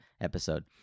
episode